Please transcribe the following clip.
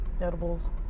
edibles